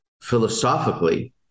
philosophically